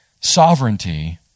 sovereignty